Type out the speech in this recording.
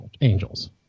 Angels